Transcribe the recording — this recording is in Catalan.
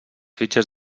fitxes